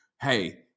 Hey